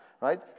right